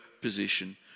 position